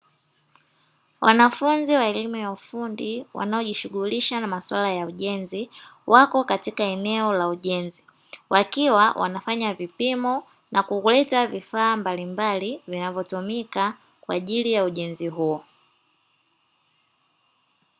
Wanafunzi wa elimu ya ufundi wanaojishughulisha na masuala ya ujenzi, wako katika eneo la ujenzi wakiwa wanafanya vipimo na kuleta vifaa mbalimbali vinavyotumika kwa ajili ya ujenzi huo.